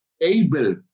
able